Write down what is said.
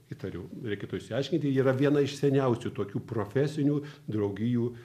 įtariu reikėtų išsiaiškinti yra viena iš seniausių tokių profesinių draugijų